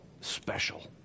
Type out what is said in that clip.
special